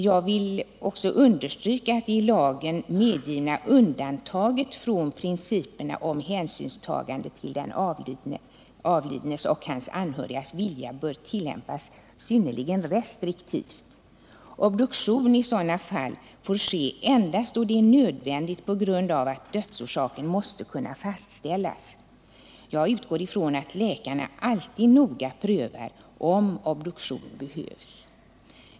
Jag vill här understryka att det i lagen medgivna undantaget från principen om hänsynstagande till den avlidnes och hans anhörigas vilja bör tillämpas synnerligen restriktivt. Obduktion i sådana fall får ske endast då det är nödvändigt på grund av att dödsorsaken måste kunna fastställas. Jag utgår ifrån att läkarna alltid noga prövar om obduktion behövs.